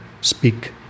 speak